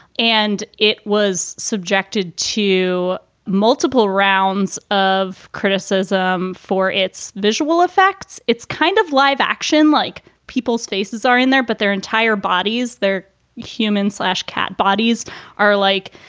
and it was subjected to multiple rounds of criticism for its visual effects, its kind of live action like people's faces are in there, but their entire bodies, their human slash cat bodies are like,